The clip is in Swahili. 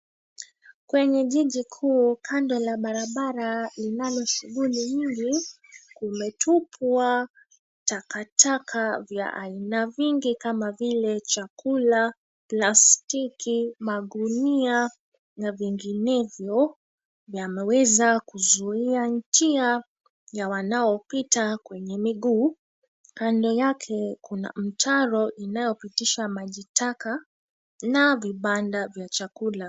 Kwenye jiji kuu, kando la barabara linalo shughuli nyingi, kumetupwa takataka vya aina vingi kama vile chakula, plastiki, magunia na vinginevyo. Yameweza kuzuia njia ya wanaopita kwa miguu. Kando yake, kuna mtaro unaopitisha maji taka na vibanda vya chakula.